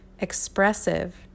expressive